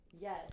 Yes